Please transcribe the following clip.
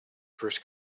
first